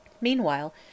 Meanwhile